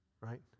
Right